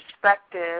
perspective